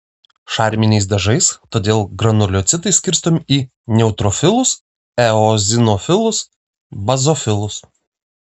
šarminiais dažais todėl granulocitai skirstomi į neutrofilus eozinofilus bazofilus